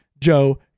Joe